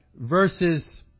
verses